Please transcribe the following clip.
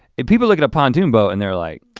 if people look at a pontoon boat and they're like,